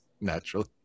Naturally